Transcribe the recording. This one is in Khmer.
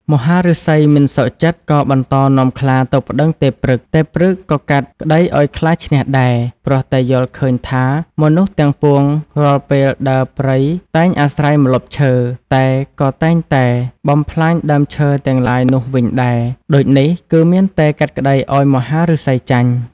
មហាឫសីមិនសុខចិត្តក៏បន្តនាំខ្លាទៅប្តឹងទេព្រឹក្ស ទេព្រឹក្សក៏កាត់ក្តីឱ្យខ្លាឈ្នះដែរ ព្រោះតែយល់ឃើញថាមនុស្សទាំងពួងរាល់ពេលដើរព្រៃតែងអាស្រ័យម្លប់ឈើ តែក៏តែតែងបំផ្លាញដើមឈើទាំងឡាយនោះវិញដែរ ដូចនេះគឺមានតែកាត់ក្តីឱ្យមហាឫសីចាញ់។